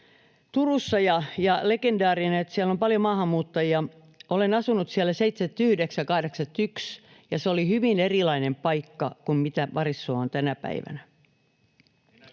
Turussa, legendaarinen, siellä on paljon maahanmuuttajia. Olen asunut siellä 79—81, ja se oli hyvin erilainen paikka kuin mitä Varissuo on tänä päivänä.